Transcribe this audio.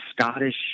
Scottish